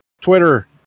twitter